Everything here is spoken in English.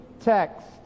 text